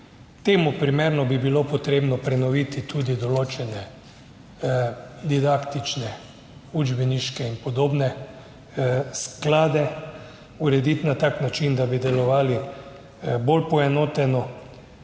temu primerno bi bilo potrebno prenoviti tudi določene didaktične, učbeniške in podobne sklade, urediti na tak način, da bi delovali bolj poenoteno.